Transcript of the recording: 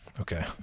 Okay